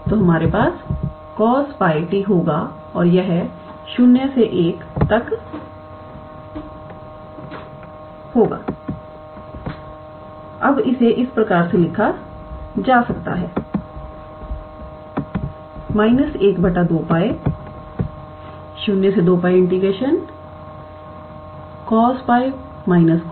तो हमारे पास cos 𝜋𝑡 होगा और यह 0 से 1 d t तक होगा अब इसे इस प्रकार लिखा जा सकता है −12𝜋02𝜋 cos 𝜋 − cos 0𝑑𝜃